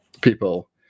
people